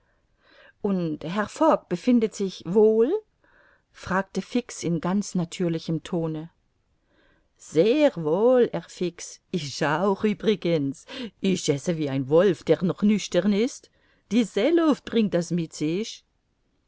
und herr fogg befindet sich wohl fragte fix in ganz natürlichem tone sehr wohl herr fix ich auch übrigens ich esse wie ein wolf der noch nüchtern ist die seeluft bringt das